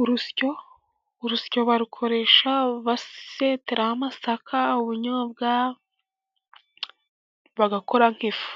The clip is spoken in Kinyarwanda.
Urusyo . Urusyo barukoresha baseteraho amasaka , ubunyobwa, bagakora nk'ifu .